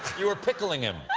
you were pickling him.